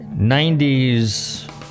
90s